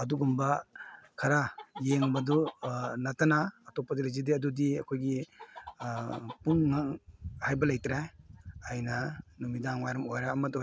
ꯑꯗꯨꯒꯨꯝꯕ ꯈꯔ ꯌꯦꯡꯕꯗꯨ ꯅꯠꯇꯅ ꯑꯇꯣꯞꯄꯗꯤ ꯂꯩꯖꯗꯦ ꯑꯗꯨꯗꯤ ꯑꯩꯈꯣꯏꯒꯤ ꯄꯨꯡ ꯍꯥꯏꯕ ꯂꯩꯇ꯭ꯔꯦ ꯑꯩꯅ ꯅꯨꯃꯤꯗꯥꯡ ꯋꯥꯏꯔꯝ ꯑꯣꯏꯔꯦ ꯑꯃꯗ ꯑꯣꯏꯔꯦ